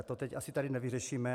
To teď asi tady nevyřešíme.